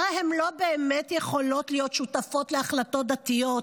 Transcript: הרי הן לא באמת יכולות להיות שותפות להחלטות דתיות,